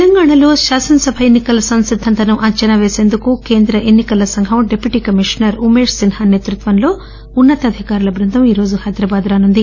తెలంగాణా రాష్టంలో శాసనసభ ఎన్ని కల నిర్వహణ సంసిద్దతను అంచనా పేసందుకు కేంద్ర ఎన్ని కల సంగం డిప్యూటి కమిషనర్ ఉమేష్ సిన్హ సేతృత్వంలో ఉన్నతాధికారుల బృందం ఈ రోజు హైదరాబాద్ రానుంది